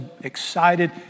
excited